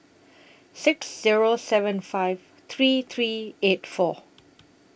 six Zero seven five three three eight four